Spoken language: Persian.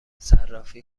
صرافی